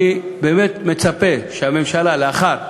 אני באמת מצפה שהממשלה לאחר